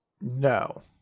No